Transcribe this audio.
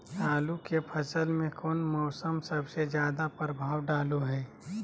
आलू के फसल में कौन मौसम सबसे ज्यादा प्रभाव डालो हय?